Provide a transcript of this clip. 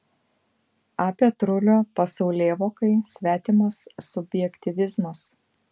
a petrulio pasaulėvokai svetimas subjektyvizmas